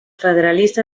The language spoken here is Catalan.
federalista